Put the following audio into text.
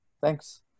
Thanks